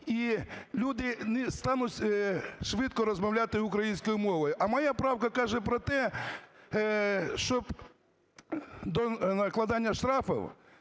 І люди не стануть швидко розмовляти українською мовою. А моя правка каже про те, щоб до накладання штрафів,